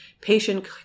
patient